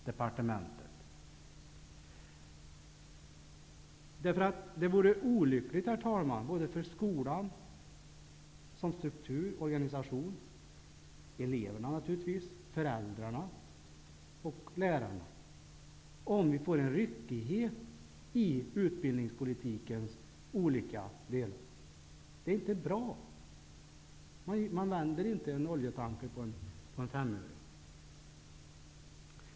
Det vore olyckligt för skolan -- strukturen, organisationen, eleverna, föräldrarna och lärarna -- om vi får en ryckighet i utbildningspolitikens olika delar. Det är inte bra. Man vänder inte en oljetanker på en femöring.